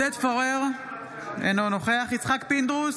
עודד פורר, אינו נוכח יצחק פינדרוס,